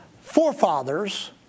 forefathers